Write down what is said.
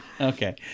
Okay